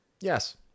yes